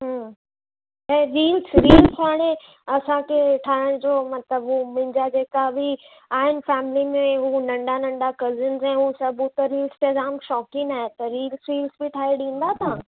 हूं ऐं reels reels हाणे असांखे ठाहिण जो मतिलबु मुंहिंजा जेका बि आहिनि फ़ैमिली में हू नंढा नंढा कज़िन्स ऐं हू सभु रील्स जा जामु शौक़ीन आहिनि रील्स वील्स बि ठाहे ॾींदा तव्हां